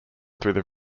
through